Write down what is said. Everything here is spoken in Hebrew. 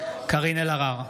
קארין אלהרר,